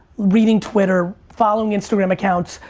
reading twitter, following instagram accounts,